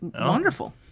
Wonderful